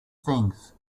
things